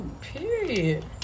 period